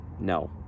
No